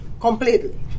Completely